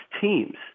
teams